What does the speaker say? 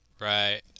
Right